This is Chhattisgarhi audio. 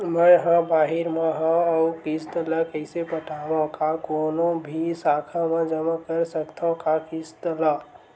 मैं हा बाहिर मा हाव आऊ किस्त ला कइसे पटावव, का कोनो भी शाखा मा जमा कर सकथव का किस्त ला?